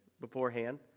beforehand